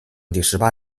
第十八